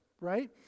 right